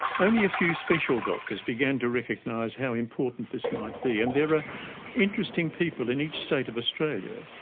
only a few special doctors began to recognise how important this might be, and there are interesting people in each state of australia,